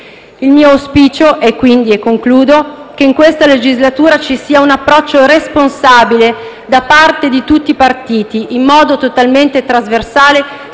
Il mio auspicio è che in questa legislatura ci sia un approccio responsabile da parte di tutti i partiti, in modo totalmente trasversale,